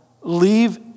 leave